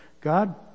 God